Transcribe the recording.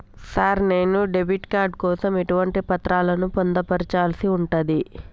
Sir నేను debit card కోసం ఎటువంటి పత్రాలను పొందుపర్చాల్సి ఉంటది?